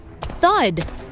thud